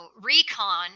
recon